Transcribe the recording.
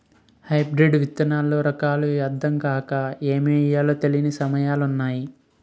hybrid విత్తనాల్లో రకాలు అద్దం కాక ఏమి ఎయ్యాలో తెలీని సమయాలున్నాయి